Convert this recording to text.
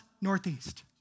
northeast